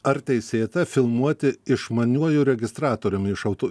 ar teisėta filmuoti išmaniuoju registratoriumi iš auto